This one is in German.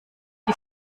die